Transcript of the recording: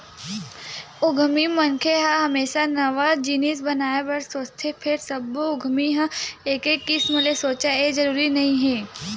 उद्यमी मनखे ह हमेसा नवा जिनिस बनाए बर सोचथे फेर सब्बो उद्यमी ह एके किसम ले सोचय ए जरूरी नइ हे